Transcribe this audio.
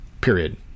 period